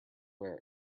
wear